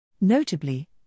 Notably